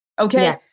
Okay